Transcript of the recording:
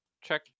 check